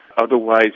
otherwise